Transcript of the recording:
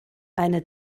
eine